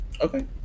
okay